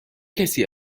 کسی